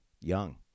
young